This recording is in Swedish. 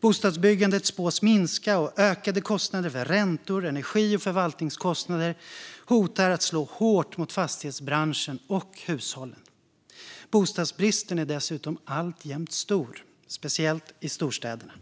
Bostadsbyggandet spås minska, och ökade kostnader för räntor, energi och förvaltning hotar att slå hårt mot fastighetsbranschen och hushållen. Bostadsbristen är dessutom alltjämt stor, speciellt i storstäderna.